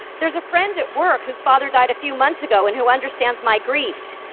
there's a friend at work whose father died a few months ago, and who understands my grief.